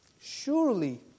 Surely